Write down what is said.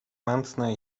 mętne